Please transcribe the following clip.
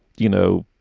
you know,